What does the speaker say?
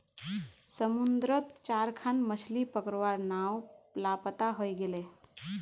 समुद्रत चार खन मछ्ली पकड़वार नाव लापता हई गेले